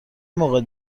موقع